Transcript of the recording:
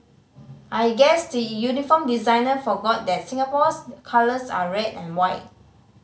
I guess the uniform designer forgot that Singapore's colors are red and white